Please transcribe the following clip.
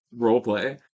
roleplay